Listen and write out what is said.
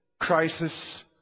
crisis